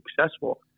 successful